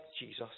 Jesus